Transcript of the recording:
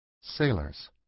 Sailors